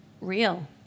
real